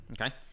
okay